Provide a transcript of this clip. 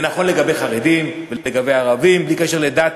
זה נכון לגבי חרדים ולגבי ערבים, בלי קשר לדת,